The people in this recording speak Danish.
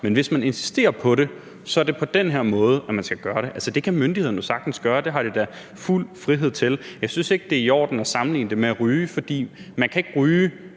Men hvis man insisterer på det, er det på den her måde, man skal gøre det. Altså, det kan myndighederne sagtens gøre. Det har de da fuld frihed til. Jeg synes ikke, det er i orden at sammenligne det med at ryge, for man kan ikke ryge